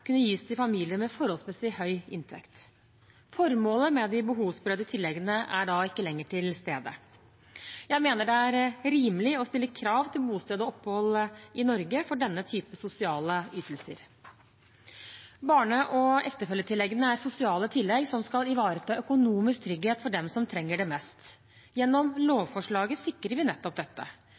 kunne gis til familier med forholdsmessig høy inntekt. Formålet med de behovsprøvde tilleggene er da ikke lenger til stede. Jeg mener det er rimelig å stille krav til bosted og opphold i Norge for denne type sosiale ytelser. Barne- og ektefelletilleggene er sosiale tillegg som skal ivareta økonomisk trygghet for dem som trenger det mest. Gjennom lovforslaget sikrer vi nettopp dette.